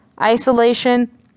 isolation